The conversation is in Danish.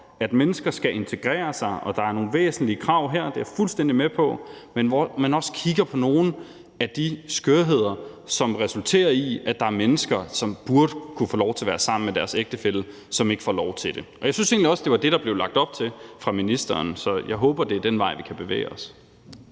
at mennesker skal integrere sig, og at der er nogle væsentlige krav her – det er jeg fuldstændig med på – men hvor man også kigger på nogle af de skørheder, som resulterer i, at der er mennesker, som burde kunne få lov til at være sammen med deres ægtefælle, og som ikke får lov til det. Jeg synes egentlig også, at det var det, der blev lagt op til fra ministerens side, så jeg håber, at det er den vej, vi kan bevæge os.